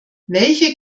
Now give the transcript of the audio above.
welche